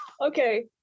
Okay